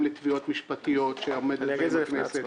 לתביעות משפטיות שעומדת בהן הכנסת,